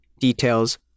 Details